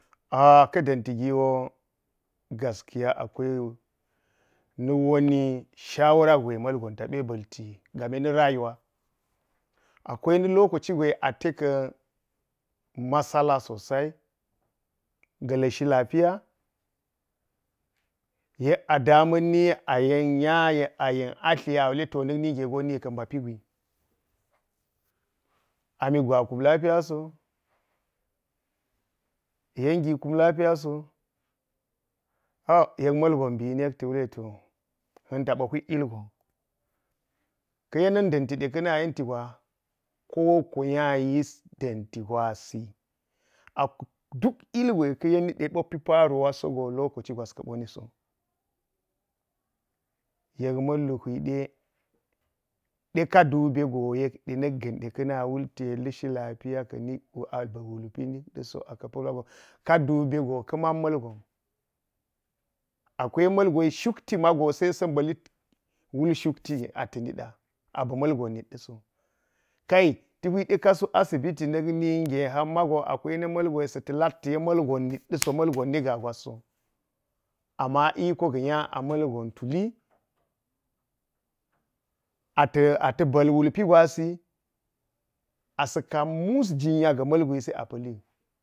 ka̱ da̱nti giwo gaskiya akwai na weni shawara gure mulgon ta ɓa ba̱lti game rayuwa akwai na̱ lokaci gire ate ka̱-masala sosai ga̱ lishi lafiya, yek a dama̱ni yek a yen nya yek a yen atli a wule to na̱k na̱ge na̱k ba pigwii amikgu akum lafiya so, yen gi kum lafiyaso, yek ma̱lgon mbini yek ta wule to a̱n ta ɓo hwila ilgon, “ka̱ yena̱n danti gwe ka̱ na̱ma yenti gwa kowoko nya yis da̱nti gwasi a duk ilgwe ka̱ yeni ɗe pi faruwa sogo lokaco gwas ka̱ ɓo niso.” Yek ma̱llu hwiɗe “ɗe ka dube go yekde nakaga̱n ɗe ka̱ naa wulti ɗe lishi lafiya lka nikwu a ba̱ wul pi na̱la ɗa so go ka duba go ka̱ man ma̱lgon akwai mulgwe shulati mago se sa̱ mballit wul shukti ata ma̱ɗa ilgon nat ɗaso” kai ta hwide “kaa su asibiti mago ka mbi ma̱lgon sa ta̱lak te ma̱lgon na̱t ɗaso-ma̱lgon ni gaa gwas so, ama iko ga̱ nya a ma̱lgon tuli ata̱ ba̱l wulpi gwasi a sa̱ kan mus jinyaga̱ ma̱l gwisi a pa̱li.